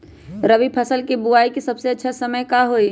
रबी फसल के बुआई के सबसे अच्छा समय का हई?